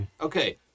okay